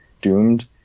doomed